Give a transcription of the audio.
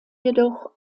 jedoch